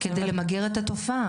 על מנת למגר את התופעה.